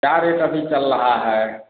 क्या रेट अभी चल रहा है